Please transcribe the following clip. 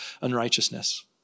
unrighteousness